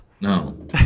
No